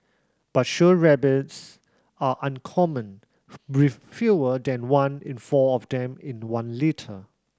but show rabbits are uncommon with fewer than one in four of them in one litter